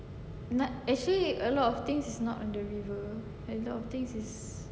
not actually a lot of things is not on the river a lot of things is